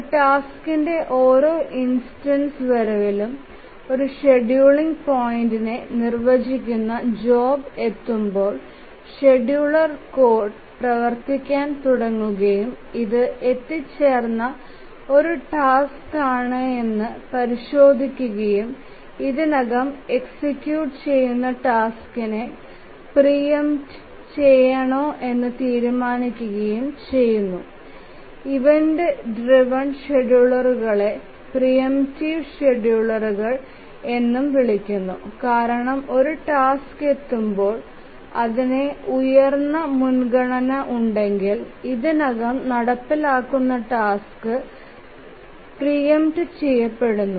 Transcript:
ഒരു ടാസ്കിന്റെ ഓരോ ഇൻസ്റ്റൻസ് വരവിലും ഒരു ഷെഡ്യൂളിംഗ് പോയിന്റിനെ നിർവചിക്കുന്നു ജോബ് എത്തുമ്പോൾ ഷെഡ്യൂളർ കോഡ് പ്രവർത്തിക്കാൻ തുടങ്ങുകയും ഇത് എത്തിച്ചേർന്ന ഒരു ടാസ്ക്കാണോയെന്ന് പരിശോധിക്കുകയും ഇതിനകം എക്സിക്യൂട്ട് ചെയുന്ന ടാസ്കിനെ പ്രീ എംപ്റ്റിംഗ ചെയണോ എന്നു തീരുമാനിക്കുകയും ചെയുന്നു ഇവന്റ് ഡ്രൈവ്എൻ ഷെഡ്യൂളറുകളെ പ്രീ എംപ്റ്റീവ് ഷെഡ്യൂളറുകൾ എന്നും വിളിക്കുന്നു കാരണം ഒരു ടാസ്ക് എത്തുമ്പോൽ അതിന് ഉയർന്ന മുൻഗണന ഉണ്ടെകിൽ ഇതിനകം നടപ്പിലാക്കുന്ന ടാസ്ക് പ്രീ എംപ്റ്ററ് ചെയപെടുന്നു